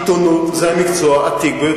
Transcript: עיתונות זה המקצוע